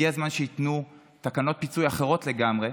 הגיע הזמן שייתנו תקנות פיצוי אחרות לגמרי,